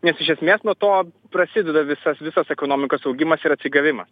nes iš esmės nuo to prasideda visas visos ekonomikos augimas ir atsigavimas